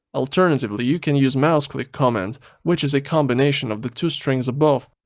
alternatively you can use mouseclick command which is a combination of the two strings above.